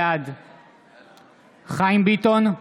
בעד חיים ביטון,